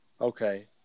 Okay